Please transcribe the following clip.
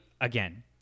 again